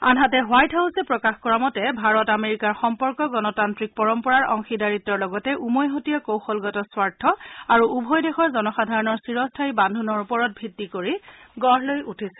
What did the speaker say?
আনহাতে হোৱাইট হাউছে প্ৰকাশ কৰা মতে ভাৰত আমেৰিকাৰ সম্পৰ্ক গণতান্ত্ৰিক পৰম্পৰাৰ অংশিদাৰীত্বৰ লগতে উমৈহতীয়া কৌশলগত স্বাৰ্থ আৰু উভয় দেশৰ জনসাধাৰণৰ চিৰস্থায়ী বাদ্ধোনৰ ওপৰত ভিত্তি কৰি গঢ় লৈ উঠিছে